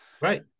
Right